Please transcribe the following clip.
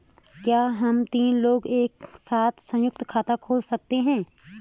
क्या हम तीन लोग एक साथ सयुंक्त खाता खोल सकते हैं?